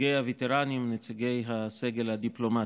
נציגי הווטרנים, נציגי הסגל הדיפלומטי,